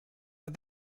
but